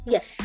Yes